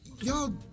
y'all